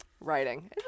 writing